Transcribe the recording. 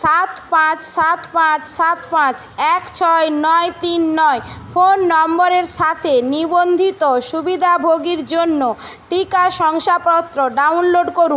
সাত পাঁচ সাত পাঁচ সাত পাঁচ এক ছয় নয় তিন নয় ফোন নম্বরের সাথে নিবন্ধিত সুবিধাভোগীর জন্য টিকা শংসাপত্র ডাউনলোড করুন